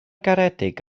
garedig